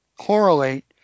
correlate